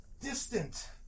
distant